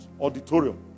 auditorium